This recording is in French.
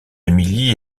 emily